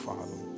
Father